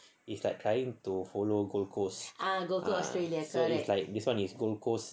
is like trying to follow gold coast ah so it's like this [one] is gold coast